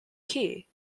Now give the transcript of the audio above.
key